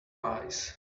pies